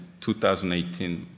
2018